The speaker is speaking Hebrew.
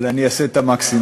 אבל אני אעשה את המקסימום.